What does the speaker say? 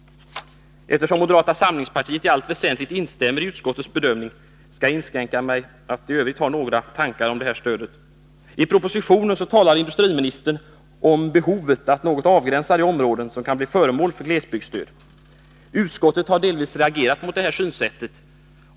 Eftersom moderata samlingspartiet i allt väsentligt instämmer i utskottets bedömning skall jag inskränka mig till att i övrigt anföra några tankar om detta stöd. I propositionen talar industriministern om behovet av att något avgränsa de områden som kan bli föremål för glesbygdsstöd. Utskottet har delvis reagerat mot det synsättet.